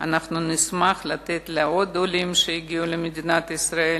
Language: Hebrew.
אנחנו נשמח לתת לעוד עולים שהגיעו למדינת ישראל.